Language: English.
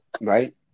Right